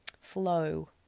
flow